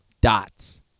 Dots